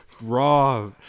raw